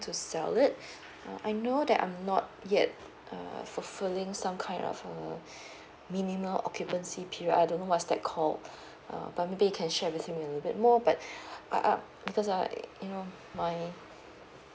to sell it uh I know that I'm not yet uh fulfilling some kind of um minimum occupancy period I don't know what's that called uh but maybe you can share with me a little bit more but uh uh because I you know my